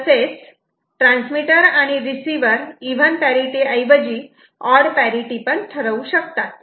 तसेच ट्रान्समीटर आणि receiver even parity ऐवजी ऑड पॅरिटि पण ठरवू शकतात